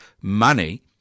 money